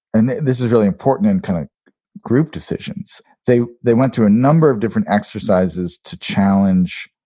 and this is really important, and kind of group decisions. they they went through a number of different exercises to challenge